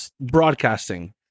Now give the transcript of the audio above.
broadcasting